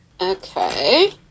Okay